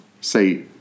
Say